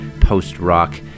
post-rock